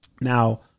Now